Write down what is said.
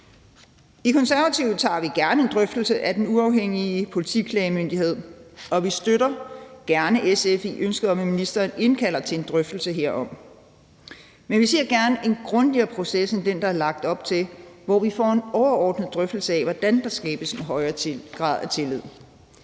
I Konservative tager vi gerne en drøftelse af Den Uafhængige Politiklagemyndighed, og vi støtter gerne SF i ønsket om, at ministeren indkalder til en drøftelse herom. Men vi ser gerne en grundigere proces end den, der er lagt op til, hvor vi får en overordnet drøftelse af, hvordan der skabes en højere grad af tillid.